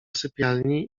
sypialni